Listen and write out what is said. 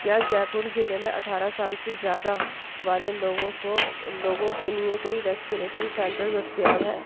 کیا جے پور ضلع میں اٹھارہ سال سے زیادہ والے لوگوں کو لوگوں کے لیے کوئی ویکسینیشن سنٹر دستیاب ہے